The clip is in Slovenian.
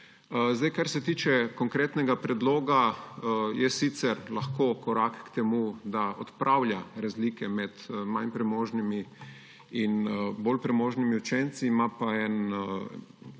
biti. Kar se tiče konkretnega predloga, je sicer lahko korak k temu, da odpravlja razlike med manj premožnimi in bolj premožnimi učenci.